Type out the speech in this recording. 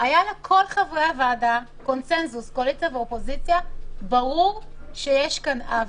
היה לכל חברי הוועדה קונצנזוס ברור שיש כאן עוול.